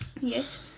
yes